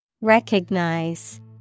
Recognize